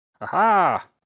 Aha